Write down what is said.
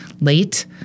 late